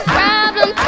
problem